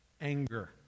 anger